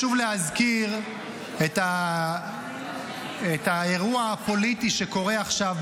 להזכיר את האירוע הפוליטי שקורה עכשיו,